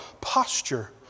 posture